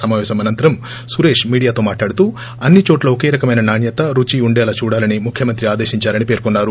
సమాపేశం అనంతరం సురేష్ మీడియాతో మాట్లాడుతూ అన్నిచోట్ల ఒకే రకమైన నాణ్యత రుచి ఉండేలా చూడాలని ముఖ్యమంత్రి ఆదేశించారని పేర్కొన్నారు